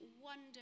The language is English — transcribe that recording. wonder